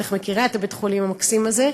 את בטח מכירה את בית-החולים המקסים הזה,